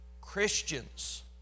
Christians